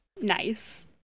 Nice